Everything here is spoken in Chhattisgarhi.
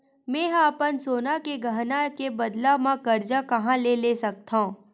मेंहा अपन सोनहा के गहना के बदला मा कर्जा कहाँ ले सकथव?